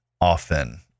often